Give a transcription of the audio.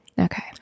Okay